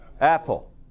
Apple